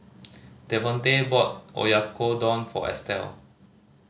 Devonte brought Oyakodon for Estell